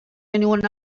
anyone